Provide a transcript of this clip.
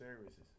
services